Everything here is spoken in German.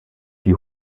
die